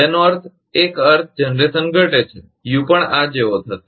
તેનો અર્થ એક અર્થ જનરેશન ઘટે છે યુ પણ આ જેવો થશે